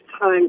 time